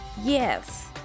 Yes